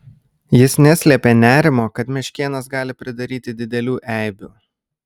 jis neslėpė nerimo kad meškėnas gali pridaryti didelių eibių